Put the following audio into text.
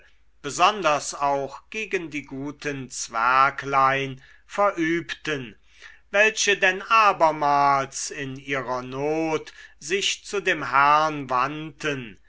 besonders auch gegen die guten zwerglein verübten welche denn abermals in ihrer not sich zu dem herrn wandten